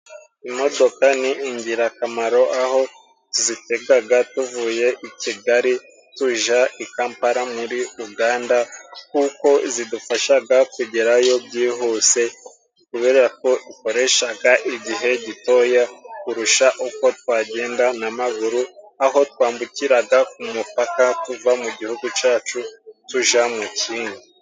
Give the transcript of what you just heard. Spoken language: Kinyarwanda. Imodoka ni ingirakamaro aho tuzitegaga tuvuye i Kigali tuja i Kampala muri Uganda, kuko zidufashaga kugerayo byihuse kubera ko dukoreshaga igihe gitoya kurusha uko twagenda n'amaguru, aho twambukiraga ku mupaka tuva mu gihugu cyacu tuja mu kindi.